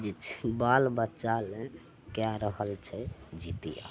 जे छी बाल बच्चा लेल कए रहल छै जितिया